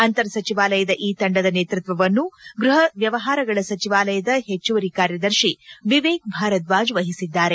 ಅಂತರ್ ಸಚಿವಾಲಯದ ಈ ತಂಡದ ನೇತೃತ್ವವನ್ನು ಗೃಹ ವ್ಯವಹಾರಗಳ ಸಚಿವಾಲಯದ ಹೆಚ್ಲುವರಿ ಕಾರ್ಯದರ್ಶಿ ವಿವೇಕ್ ಭಾರದ್ನಾಜ್ ವಹಿಸಿದ್ದಾರೆ